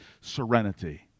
serenity